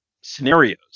scenarios